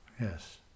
yes